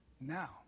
now